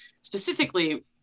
specifically